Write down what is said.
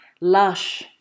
lush